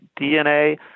DNA